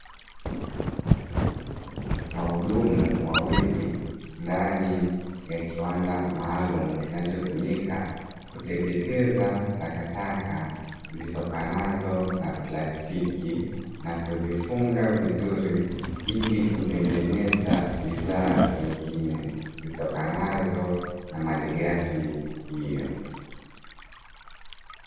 Wahudumu wawili ndani ya kiwanda maalumu kinachotumika kuteketeza takataka zitokanazo na plastiki, na kuzifunga vizuri ili kutengeneza bidhaa zingine zitokanazo na malighafi hiyo.